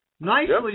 Nicely